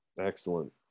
Excellent